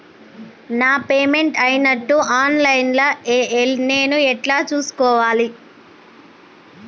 నా పేమెంట్ అయినట్టు online లా నేను ఎట్ల చూస్కోవాలే?